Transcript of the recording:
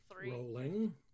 Rolling